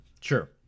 Sure